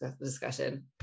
discussion